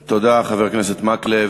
תודה, חבר הכנסת מקלב.